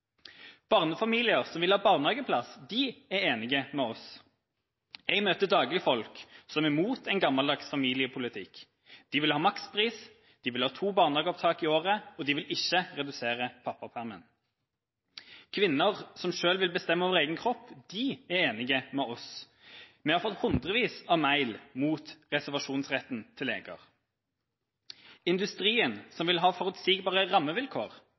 Barnefamilier som vil ha barnehageplass, er enige med oss. Jeg møter daglig folk som er imot en gammeldags familiepolitikk. De vil ha makspris. De vil ha to barnehageopptak i året, og de vil ikke redusere pappapermen. Kvinner som sjøl vil bestemme over egen kropp, er enig med oss. Vi har fått hundrevis av mail mot reservasjonsretten til leger. Industrien, som vil ha forutsigbare rammevilkår,